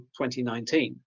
2019